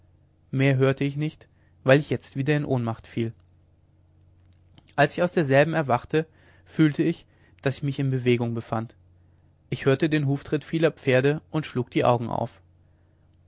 mehr hörte ich nicht weil ich jetzt wieder in ohnmacht fiel als ich aus derselben erwachte fühlte ich daß ich mich in bewegung befand ich hörte den huftritt vieler pferde und schlug die augen auf